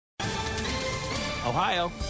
Ohio